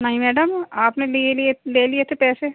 नहीं मैडम आपने लिए लिए ले लिए थे पैसे